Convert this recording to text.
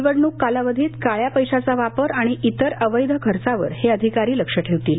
निवडणूक कालावधीत काळ्या पैशाचा वापर आणि इतर अवैध खर्चावर हे अधिकारी लक्ष ठेवतील